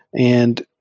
and